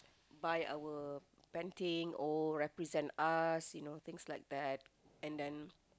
buy our painting or represent us you know things like that and then